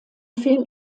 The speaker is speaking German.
film